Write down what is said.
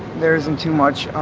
there isn't too much,